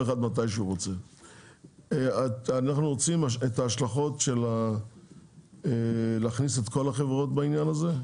אנחנו רוצים לדעת מה ההשלכות כאשר מכניסים את כל החברות לנושא הזה.